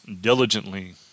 diligently